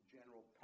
General